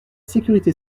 sécurité